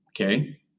Okay